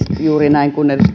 näin kuin edustaja